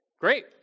great